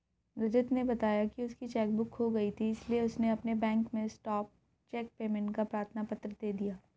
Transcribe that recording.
रजत ने बताया की उसकी चेक बुक खो गयी थी इसीलिए उसने अपने बैंक में स्टॉप चेक पेमेंट का प्रार्थना पत्र दे दिया